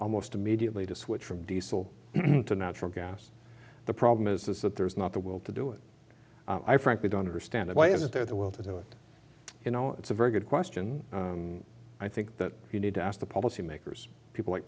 almost immediately to switch from diesel to natural gas the problem is that there's not the will to do it i frankly don't understand why isn't there the will to do it you know it's a very good question i think that you need to ask the policy makers people like